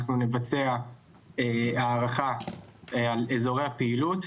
אנחנו נבצע הערכה על אזורי הפעילות,